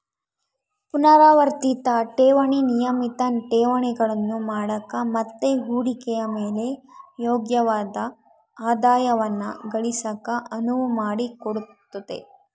ಪುನರಾವರ್ತಿತ ಠೇವಣಿ ನಿಯಮಿತ ಠೇವಣಿಗಳನ್ನು ಮಾಡಕ ಮತ್ತೆ ಹೂಡಿಕೆಯ ಮೇಲೆ ಯೋಗ್ಯವಾದ ಆದಾಯವನ್ನ ಗಳಿಸಕ ಅನುವು ಮಾಡಿಕೊಡುತ್ತೆ